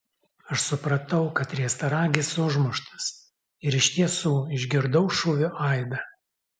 aš supratau kad riestaragis užmuštas ir iš tiesų išgirdau šūvio aidą